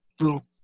little